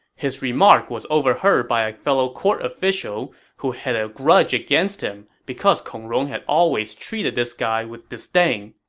his remark was overheard by a fellow court official who had a grudge against him because kong rong had always treated this guy with disdain.